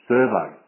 Survey